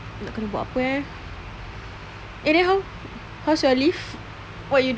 nak kena buat apa eh eh then how how's your leave what you do